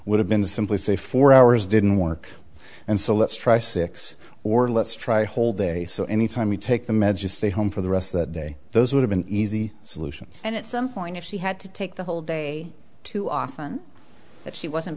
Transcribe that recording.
would have been to simply say four hours didn't work and so let's try six or let's try a whole day so any time you take the meds you stay home for the rest that day those would have been easy solutions and at some point if she had to take the whole day too often that she wasn't